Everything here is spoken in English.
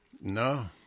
No